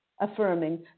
affirming